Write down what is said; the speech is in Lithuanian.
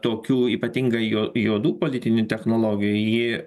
tokių ypatingai juodų politinių technologijų ji